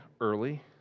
early